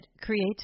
creates